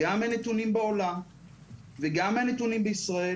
גם מנתונים בעולם וגם מהנתונים בישראל,